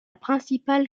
principale